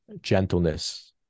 gentleness